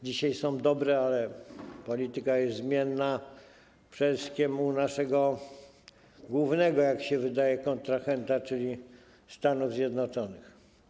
Dzisiaj są dobre, ale polityka jest zmienna, przede wszystkim u naszego głównego, jak się wydaje, kontrahenta, czyli Stanów Zjednoczonych.